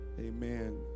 Amen